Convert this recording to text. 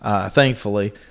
thankfully